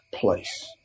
place